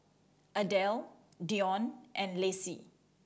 Adell Dionne and Lacy